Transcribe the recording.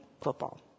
Football